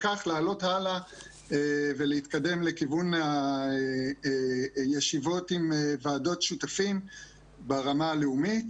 וכך לעלות הלאה ולהתקדם לכיוון ישיבות עם ועדות שותפים ברמה הלאומית.